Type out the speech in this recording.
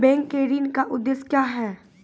Bank के ऋण का उद्देश्य क्या हैं?